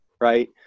right